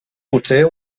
potser